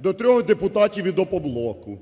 до трьох депутатів від "Опоблоку",